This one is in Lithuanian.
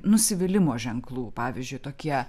nusivylimo ženklų pavyzdžiui tokie